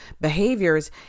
behaviors